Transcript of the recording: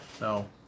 No